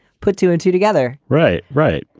put two and two together right. right.